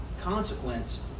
consequence